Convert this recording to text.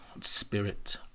spirit